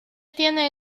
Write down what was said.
tiene